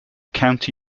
county